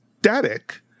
Static